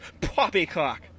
Poppycock